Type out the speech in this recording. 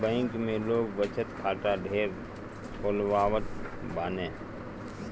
bank में लोग बचत खाता ढेर खोलवावत बाने